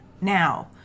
now